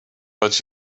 but